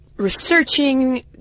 Researching